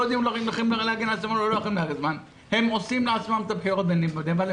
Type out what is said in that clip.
הם עושים לעצמם בחירות בנפרד.